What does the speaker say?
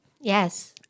Yes